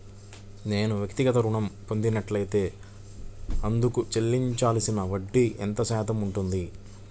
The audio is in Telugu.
నేను వ్యక్తిగత ఋణం పొందినట్లైతే అందుకు చెల్లించవలసిన వడ్డీ ఎంత శాతం ఉంటుంది?